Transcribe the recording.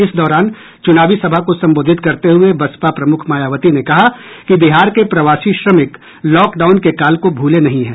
इस दौरान चुनावी सभा को संबोधित करते हुए बसपा प्रमुख मायावती ने कहा कि बिहार के प्रवासी श्रमिक लॉकडाउन के काल को भूले नहीं हैं